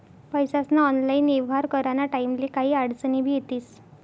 पैसास्ना ऑनलाईन येव्हार कराना टाईमले काही आडचनी भी येतीस